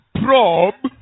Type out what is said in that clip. probe